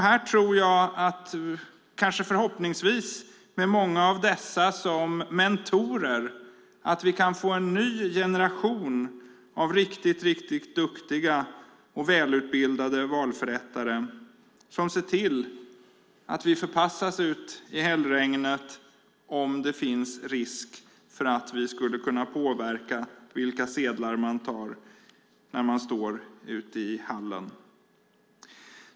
Här tror jag att vi, förhoppningsvis med många av dessa som mentorer, kan få en ny generation med riktigt duktiga och välutbildade valförrättare som ser till att vi förpassas ut i hällregnet om det finns risk för att vi skulle kunna påverka vilka sedlar man tar när man står ute i hallen.